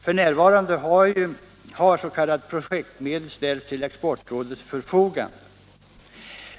F.n. har också s.k. projektmedel ställts till Exportrådets förfogande.